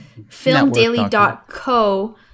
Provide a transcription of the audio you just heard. filmdaily.co